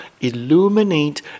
illuminate